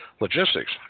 logistics